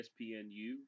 ESPNU